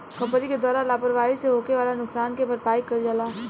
company के द्वारा लापरवाही से होखे वाला नुकसान के भरपाई कईल जाला